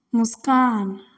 मुस्कान